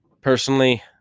Personally